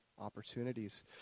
opportunities